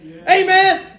Amen